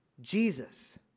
Jesus